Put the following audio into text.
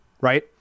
right